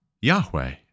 Yahweh